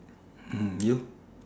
mm you